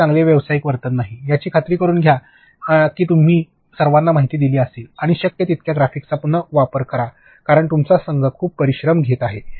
मग ते चांगले व्यावसायिक वर्तन नाही याची खात्री करुन घ्या की तुम्ही सर्वांना माहिती दिली असेल आणि शक्य तितक्या ग्राफिकचा पुनः उपयोग करा कारण तुमचा संघ खूप परिश्रम घेत आहे